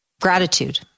gratitude